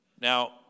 Now